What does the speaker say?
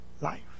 life